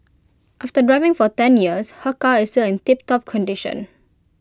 after driving for ten years her car is still in tiptop condition